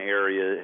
area